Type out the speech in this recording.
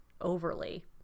overly